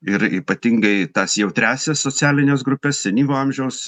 ir ypatingai tas jautriąsias socialines grupes senyvo amžiaus